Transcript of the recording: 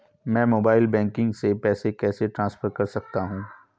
मैं mobile banking से पैसे कैसे ट्रांसफर कर सकता हूं?